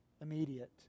immediate